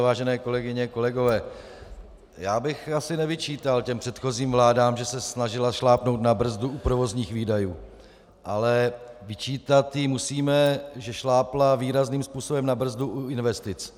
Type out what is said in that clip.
Vážené kolegyně, kolegové, já bych asi nevyčítal té předchozí vládě, že se snažila šlápnout na brzdu u provozních výdajů, ale vyčítat jí musíme, že šlápla výrazným způsobem na brzdu u investic.